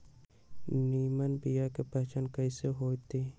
निमन बीया के पहचान कईसे होतई?